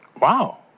Wow